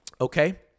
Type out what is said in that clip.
Okay